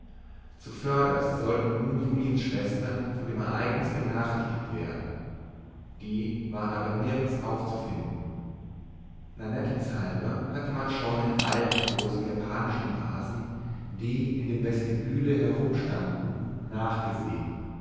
zuvörderst sollten nun juliens schwestern von dem ereignis benachrichtigt werden die waren aber nirgends aufzufinden nannettens halber hatte man schon in allen großen japanischen vasen die in dem vestibule herumstanden nachgesehen